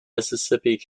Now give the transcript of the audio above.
mississippi